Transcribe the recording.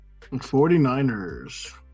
49ers